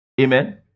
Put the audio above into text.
Amen